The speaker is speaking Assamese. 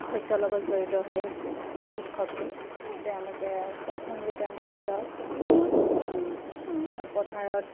শস্যৰ লগত জড়িত সেই উৎসৱটো তেওঁলোকে প্ৰথম যেতিয়া শস্য পথাৰত